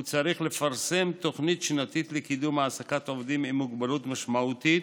הוא צריך לפרסם תוכנית שנתית לקידום העסקת עובדים עם מוגבלות משמעותית,